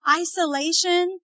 isolation